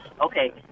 Okay